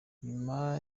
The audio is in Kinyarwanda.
nyuma